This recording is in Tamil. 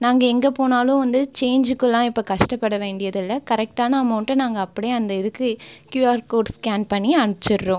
நாங்கள் எங்கே போனாலும் வந்துச் சேஞ்சுக்கெல்லாம் இப்போ கஷ்டப்பட வேண்டியது இல்லை கரெக்டான அமௌண்டை நாங்கள் அப்படியே அந்த இதுக்கு க்யூஆர் கோடு ஸ்கேன் பண்ணி அமுச்சிடுறோம்